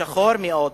שחור מאוד,